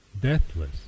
deathless